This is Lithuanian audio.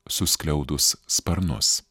suskliaudus sparnus